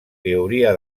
teoria